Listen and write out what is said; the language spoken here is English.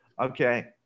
okay